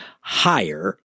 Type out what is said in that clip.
Higher